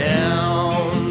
Down